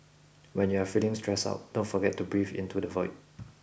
when you are feeling stressed out don't forget to breathe into the void